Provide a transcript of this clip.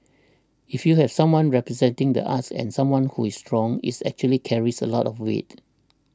if you have someone representing the arts and someone who is strong is actually carries a lot of weight